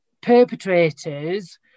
perpetrators